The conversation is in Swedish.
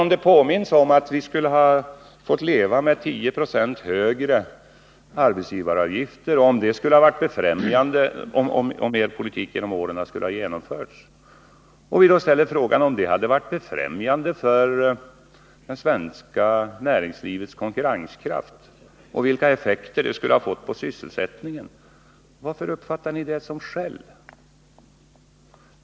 Om vi påminner om att man skulle ha fått leva med 1096 högre arbetsgivaravgifter, om er politik hade genomförts, och vi då ställer frågan om det hade varit befrämjande för det svenska näringslivets konkurrenskraft och vilka effekter det skulle ha fått för sysselsättningen, varför uppfattar ni det som skäll?